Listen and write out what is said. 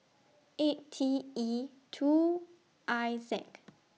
eight T E two I